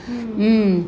mm